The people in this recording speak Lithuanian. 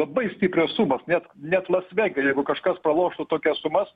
labai stiprios sumos net net las vege jeigu kažkas praloštų tokias sumas